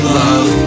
love